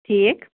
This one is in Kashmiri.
ٹھیٖک